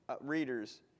readers